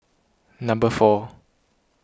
number four